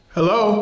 Hello